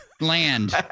land